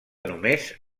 només